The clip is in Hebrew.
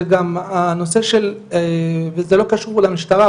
זה גם הנושא של - וזה לא קשור למשטרה,